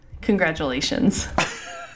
congratulations